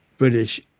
British